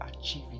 achieve